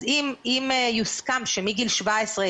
אז אם יוסכם שמגיל 17,